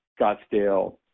Scottsdale